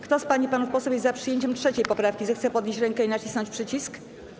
Kto z pań i panów posłów jest za przyjęciem 3. poprawki, zechce podnieść rękę i nacisnąć przycisk.